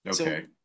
Okay